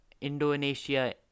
Indonesia